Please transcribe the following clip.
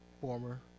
former